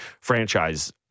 franchise